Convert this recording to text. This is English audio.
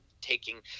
taking